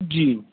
ਜੀ